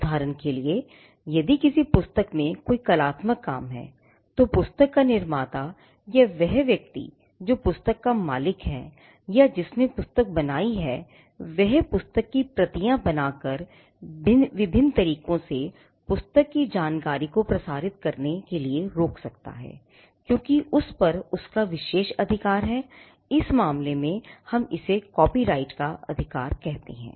उदाहरण के लिए यदि किसी पुस्तक के रूप में कोई कलात्मक काम है तो पुस्तक का निर्माता या वह व्यक्ति जो पुस्तक का मालिक है या जिसने पुस्तक बनाई हैवह उस पुस्तक की प्रतियां बना कर विभिन्न तरीकों से पुस्तक की जानकारी को प्रसारित करने से रोक सकता है क्योंकि उस पर उसका विशेष अधिकार है इस मामले में हम इसे कॉपीराइट का अधिकार कहते हैं